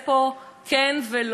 ראוי ולא ראוי,